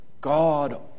God